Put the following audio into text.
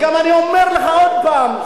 אני אומר לך עוד פעם,